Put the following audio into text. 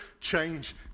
change